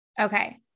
Okay